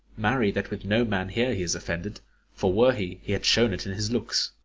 marry, that with no man here he is offended for, were he, he had shown it in his looks.